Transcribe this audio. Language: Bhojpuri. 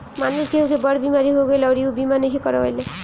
मानल केहु के बड़ बीमारी हो गईल अउरी ऊ बीमा नइखे करवले